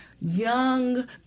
young